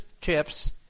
chips